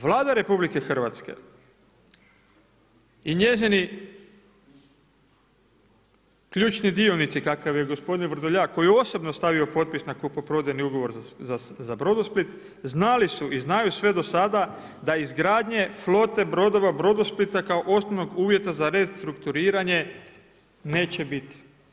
Vlada RH i njezini ključni dionici kakav je gospodin Vrdoljak koji je osobno stavio potpis na kupoprodajni ugovor za Brodosplit znali su i znaju sve do sada da izgradnje flote brodova Brodosplita kao osnovnog uvjeta za restrukturiranje neće biti.